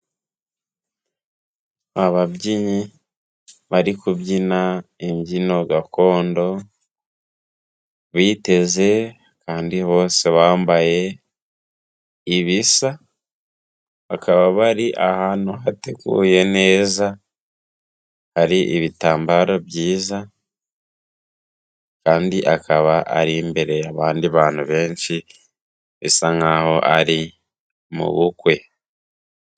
Ababyinnyi bari kubyina imbyino gakondo, biteze kandi bose bambaye ibisa, bakaba bari ahantu hateguye neza hari ibitambaro byiza, kandi akaba ari imbere y'abandi bantu benshi bisa nk'aho ari mu bukwe.